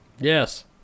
Yes